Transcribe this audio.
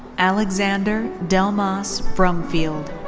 alexander delmas brumfield.